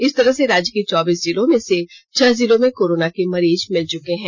इस तरह से राज्य के चौबीस जिलों में से छह जिलों में कोरोना के मरीज मिल चुके हैं